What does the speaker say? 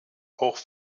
auch